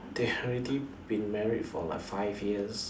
they have already been married for like five years